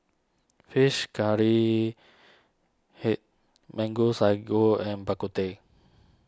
Fish Curry Head Mango Sago and Bak Kut Teh